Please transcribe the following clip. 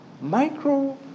micro